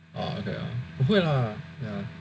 不会啦 ya